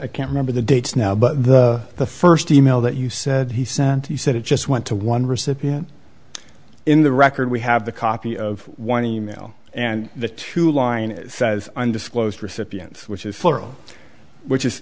i can't remember the dates now but the the first e mail that you said he sent he said it just went to one recipient in the record we have the copy of one e mail and the two line it says undisclosed recipients which is which is